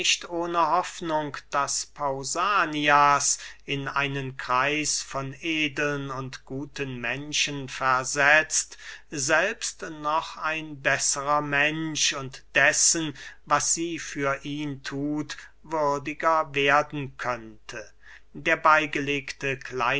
ohne hoffnung daß pausanias in einen kreis von edeln und guten menschen versetzt selbst noch ein besserer mensch und dessen was sie für ihn thut würdiger werden könnte der beygelegte